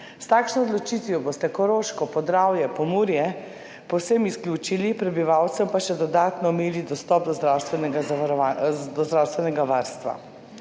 S takšno odločitvijo boste Koroško, Podravje in Pomurje povsem izključili, prebivalcem pa še dodatno omejili dostop do zdravstvenega varstva.